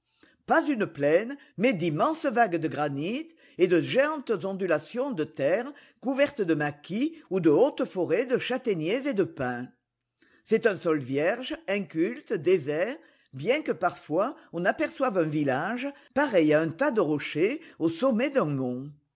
pas une plaine mais d'immenses vagues de granit et de géantes ondulations de terre couvertes de maquis ou de hautes forêts de châtaigniers et de pins c'est un sol vierge inculte désert bien que parfois on aperçoive un village pareil à un tas de rochers au sommet